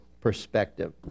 perspective